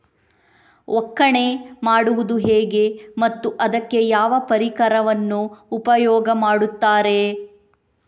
ಒಕ್ಕಣೆ ಮಾಡುವುದು ಹೇಗೆ ಮತ್ತು ಅದಕ್ಕೆ ಯಾವ ಪರಿಕರವನ್ನು ಉಪಯೋಗ ಮಾಡುತ್ತಾರೆ?